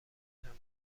انجام